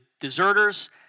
deserters